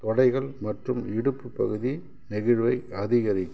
தொடைகள் மற்றும் இடுப்புப் பகுதி நெகிழ்வை அதிகரிக்கும்